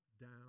down